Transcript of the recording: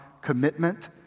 commitment